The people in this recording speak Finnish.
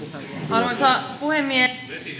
arvoisa puhemies